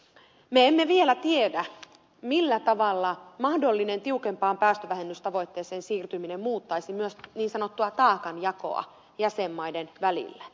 me emme vielä tiedä millä tavalla mahdollinen tiukempaan päästövähennystavoitteeseen siirtyminen muuttaisi myös niin sanottua taakanjakoa jäsenmaiden välillä